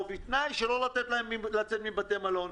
ובתנאי שלא לתת להם לצאת מבתי המלון.